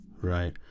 Right